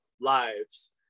lives